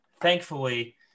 thankfully